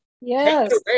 Yes